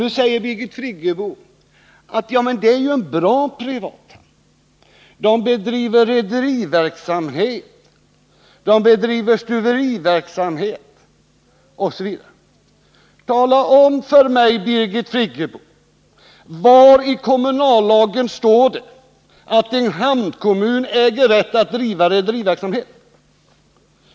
Nu säger Birgit Friggebo att det är en bra privat hamn — man bedriver rederiverksamhet, stuveriverksamhet osv. Tala om för mig, Birgit Friggebo, var i kommunallagen det står att en hamnkommun äger rätt att bedriva rederiverksamhet!